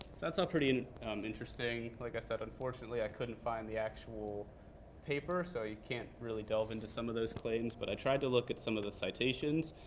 that's all pretty and um interesting. like i said, unfortunately, i couldn't find the actual paper. so you can't really delve into some of those claims. but i tried to look at some of the citations